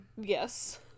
yes